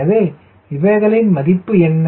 எனவே இவைகளின் மதிப்பு என்ன